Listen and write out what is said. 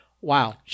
wow